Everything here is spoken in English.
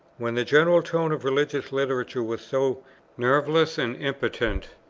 when the general tone of religious literature was so nerveless and impotent,